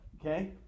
okay